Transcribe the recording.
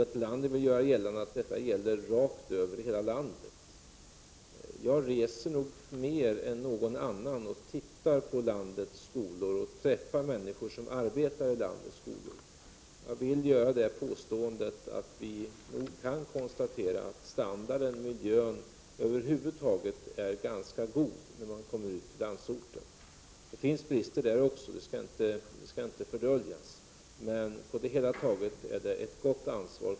Ulla Tillander vill göra gällande att detta gäller rakt över i hela landet. Jag reser nog mer än någon annan och tittar på landets skolor och träffar människor som arbetar i dessa. Jag vill påstå att standarden och miljön över huvud taget är ganska god när man kommer ut i landsorten. Det finns brister där också, det skall jag inte dölja, men på det hela taget har kommunerna tagit ett bra ansvar.